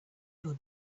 your